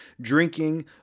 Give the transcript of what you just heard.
drinking